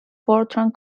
fortran